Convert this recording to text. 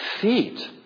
feet